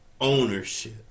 ownership